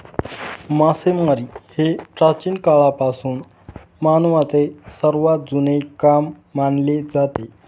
मासेमारी हे प्राचीन काळापासून मानवाचे सर्वात जुने काम मानले जाते